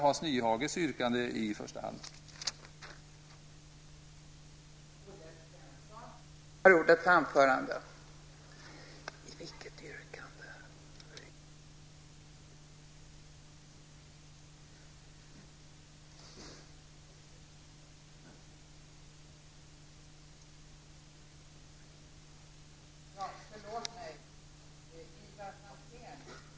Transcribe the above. Jag instämmer i första hand i Hans